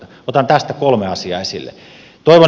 otan tästä kolme asiaa esille